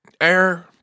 air